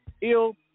ill